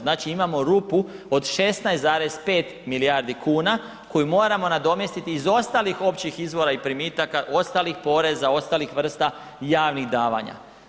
Znači imamo rupu od 16,5 milijardi kuna koju moramo nadomjestiti iz ostalih općih izvora i primitaka, ostalih poreza, ostalih vrsta javnih davanja.